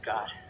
God